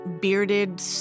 bearded